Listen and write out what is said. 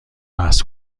بحث